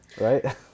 right